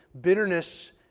bitterness